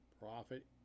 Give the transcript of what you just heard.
profit